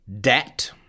Debt